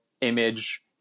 image